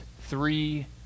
three